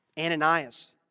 Ananias